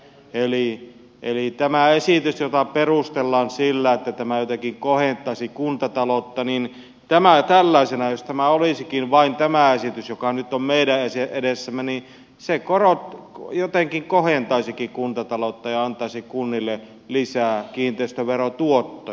eli tämä esitys jota perustellaan sillä että tämä jotenkin kohentaisi kuntataloutta tällaisenaan jos olisikin vain tämä esitys joka nyt on meidän edessämme jotenkin kohentaisikin kuntataloutta ja antaisi kunnille lisää kiinteistöverotuottoja